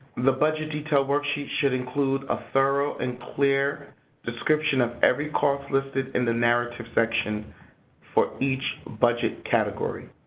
the budget detail worksheet should include a thorough and clear description of every cost listed in the narrative section for each budget category.